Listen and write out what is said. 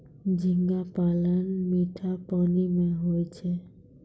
झींगा पालन मीठा पानी मे होय छै